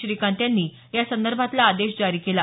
श्रीकांत यांनी या संदर्भातला आदेश जारी केला